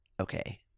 Okay